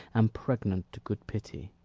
am pregnant to good pity.